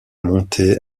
montée